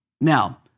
Now